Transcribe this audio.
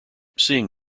seeing